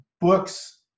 books